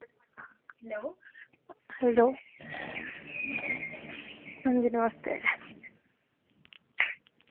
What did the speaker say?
hello Anji नमस्ते